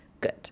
good